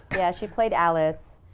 yeah she played alice,